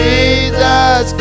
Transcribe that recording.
Jesus